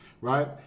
right